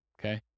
okay